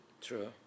True